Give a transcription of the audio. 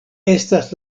estas